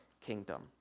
kingdom